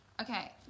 okay